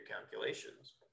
calculations